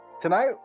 tonight